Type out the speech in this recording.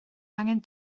angen